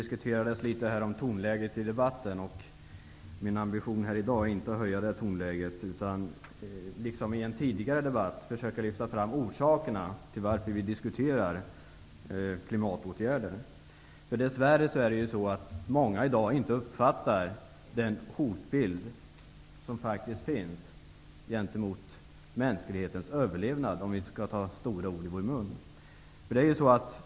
Herr talman! Tonläget i debatten berördes här. Min ambition i dag är inte att höja tonläget. I stället vill jag, liksom var fallet i en tidigare debatt, försöka lyfta fram orsakerna till att vi diskuterar klimatåtgärder. Dess värre uppfattar många i dag inte den hotbild som faktiskt finns när det gäller mänsklighetens överlevnad -- för att ta stora ord i munnen.